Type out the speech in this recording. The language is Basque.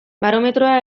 barometroa